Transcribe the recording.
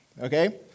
Okay